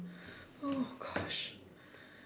oh gosh